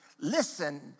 listen